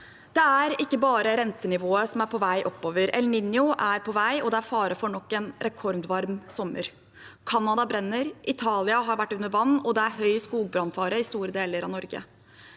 Det er ikke bare rentenivået som er på vei oppover. El Niño er på vei, og det er fare for nok en rekordvarm sommer. Canada brenner, Italia har vært under vann, og det er høy skogbrannfare i store deler av Norge.